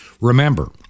Remember